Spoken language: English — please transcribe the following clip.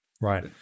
right